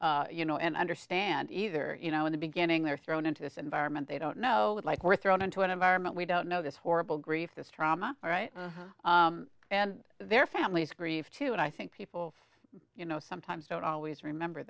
you know and understand either you know in the beginning they're thrown into this environment they don't know like were thrown into an environment we don't know this horrible grief this trauma all right and their family's grief too and i think people you know sometimes don't always remember